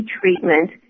treatment